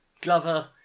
Glover